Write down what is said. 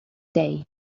day